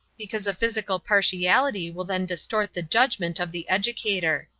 because a physical partiality will then distort the judgement of the educator.